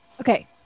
Okay